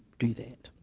do that